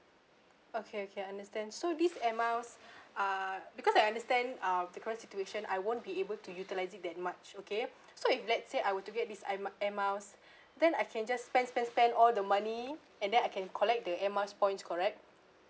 okay okay understand so this air miles ah because I understand ah the current situation I won't be able to utilise it that much okay so if let's say I were to get this air mi~ air miles then I can just spend spend spend all the money and then I can collect the air miles points correct